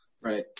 Right